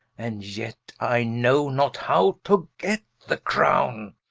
and yet i know not how to get the crowne,